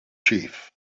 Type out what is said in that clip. chief